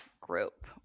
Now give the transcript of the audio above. group